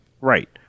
right